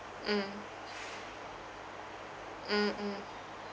mm mm mm